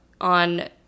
on